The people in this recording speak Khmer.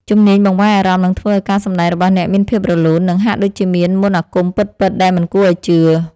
ជំនាញបង្វែរអារម្មណ៍នឹងធ្វើឱ្យការសម្តែងរបស់អ្នកមានភាពរលូន និង ហាក់ដូចជាមានមន្តអាគមពិតៗដែលមិនគួរឱ្យជឿ។